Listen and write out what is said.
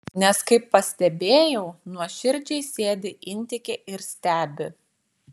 nes kaip pastebėjau nuoširdžiai sėdi intike ir stebi